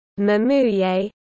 Mamuye